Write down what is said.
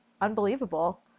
unbelievable